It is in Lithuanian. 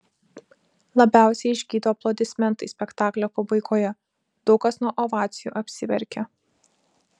labiausiai išgydo aplodismentai spektaklio pabaigoje daug kas nuo ovacijų apsiverkia